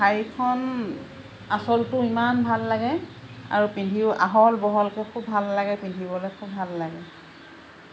শাৰীখন আচলটো ইমান ভাল লাগে আৰু পিন্ধিও আহল বহলকৈ খুব ভাল লাগে পিন্ধিবলৈ খুব ভাল লাগে